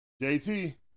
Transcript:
JT